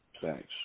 Thanks